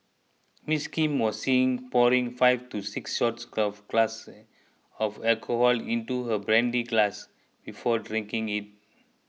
Ms Kim was seen pouring five to six shot glasses of alcohol into her brandy glass before drinking it